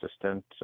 assistant